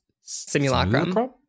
Simulacrum